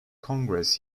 congress